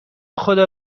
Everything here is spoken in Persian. خدا